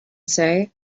say